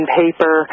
paper